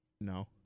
No